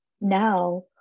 now